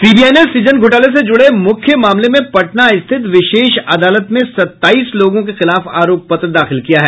CBI ने सृजन घोटाले से जुड़े मुख्य मामले में पटना स्थित विशेष अदालत में सत्ताईस लोगों के खिलाफ आरोप पत्र दाखिल किया है